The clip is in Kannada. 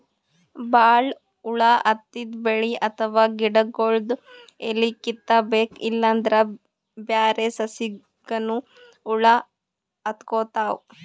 ಭಾಳ್ ಹುಳ ಹತ್ತಿದ್ ಬೆಳಿ ಅಥವಾ ಗಿಡಗೊಳ್ದು ಎಲಿ ಕಿತ್ತಬೇಕ್ ಇಲ್ಲಂದ್ರ ಬ್ಯಾರೆ ಸಸಿಗನೂ ಹುಳ ಹತ್ಕೊತಾವ್